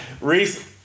Reese